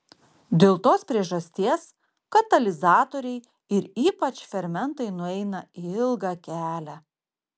dėl tos priežasties katalizatoriai ir ypač fermentai nueina ilgą kelią